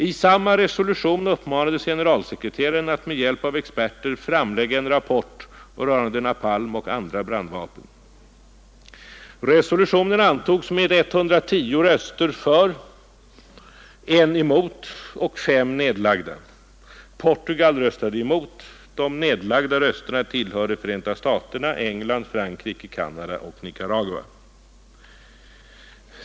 I samma resolution uppmanades generalsekreteraren att med hjälp av experter framlägga en rapport rörande napalm och andra brandvapen. Resolutionen antogs med 110 röster för, I emot och 5 nedlagda röster. Portugal röstade emot; de nedlagda rösterna tillhörde USA, England, Frankrike, Canada och Nicaragua.